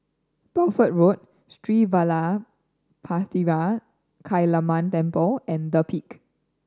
Bedford Road Sri Vadapathira Kaliamman Temple and The Peak